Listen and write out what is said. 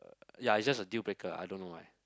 uh ya is just a deal breaker I don't know why